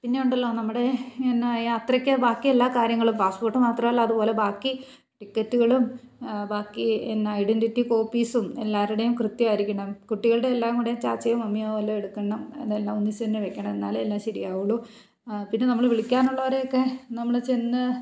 പിന്നെ ഉണ്ടല്ലോ നമ്മുടെ എന്നാ യാത്രയ്ക്ക് ബാക്കിയെല്ലാ കാര്യങ്ങളും പാസ്പോർട്ട് മാത്രമല്ല അതുപോലെ ബാക്കി ടിക്കറ്റുകളും ബാക്കി എന്നാ ഐഡൻ്റിറ്റി കോപ്പീസും എല്ലാവരുടെയും കൃത്യമായിരിക്കണം കുട്ടികളുടെ എല്ലാം കൂടെയും ചാച്ചയും മമ്മിയോ വല്ലതും എടുക്കണം അതെല്ലാം ഒന്നിച്ചുതന്നെ വയ്ക്കണം എന്നാലേ എല്ലാം ശരിയാവുകയുള്ളൂ പിന്നെ നമ്മൾ വിളിക്കാനുള്ളവരെയൊക്കെ നമ്മൾ ചെന്ന്